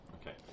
Okay